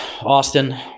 Austin